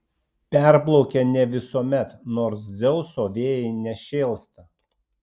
perplaukia ne visuomet nors dzeuso vėjai nešėlsta